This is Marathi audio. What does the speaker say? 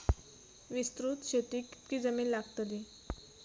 विस्तृत शेतीक कितकी जमीन लागतली?